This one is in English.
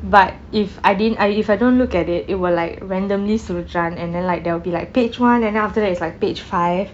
but if I didn't I if I don't look at it it will like randomly சுழற்றான்:sulatraan and then like there will be like page one and after that is like page five